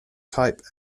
type